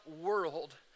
world